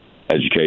education